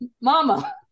Mama